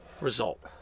result